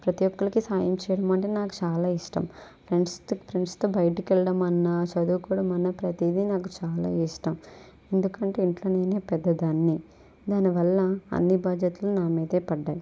ప్రతి ఒక్కరికి సాయం చేయడం అంటే నాకు చాలా ఇష్టం ఫ్రెండ్స్తో ఫ్రెండ్స్తో బయటికి వెళ్ళడం అన్నా చదువుకోవడం అన్నా ప్రతీదీ నాకు చాలా ఇష్టం ఎందుకంటే ఇంట్లో నేనే పెద్ద దాన్ని దాని వల్ల అన్ని బాధ్యతలు నా మీదే పడ్డాయి